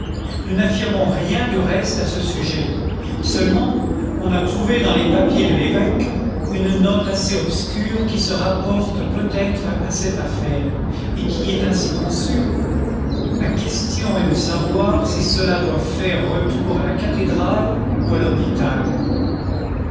nous n'affirmons rien du reste à ce sujet seulement on a trouvé dans les papiers de l'évêque une note assez obscure qui se rapporte peut-être à cette affaire et qui est ainsi conçue la question est de savoir si cela doit faire retour à la cathédrale ou à l'hôpital